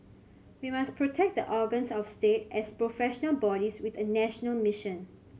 we must protect the organs of state as professional bodies with a national mission